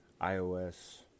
iOS